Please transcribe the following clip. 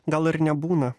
gal ir nebūna